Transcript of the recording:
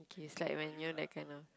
in case like when you know like that kind of